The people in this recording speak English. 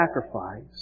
sacrifice